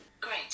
Great